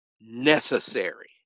necessary